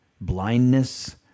blindness